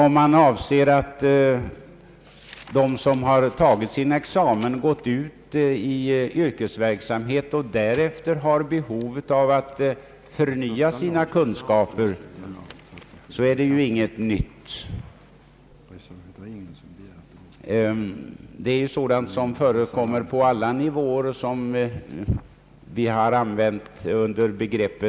Om man då avser sådana män niskor som tagit sin examen, gått ut i yrkesverksamhet och därefter har behov av att förnya sina kunskaper är det inget nytt. Det är sådant som redan nu förekommer på alla nivåer och som vi betecknar som »life long learning».